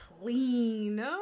clean